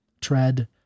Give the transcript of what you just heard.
tread